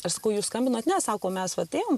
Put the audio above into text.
aš sakau jūs skambinot ne sako mes vat ėjom